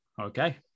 Okay